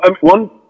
one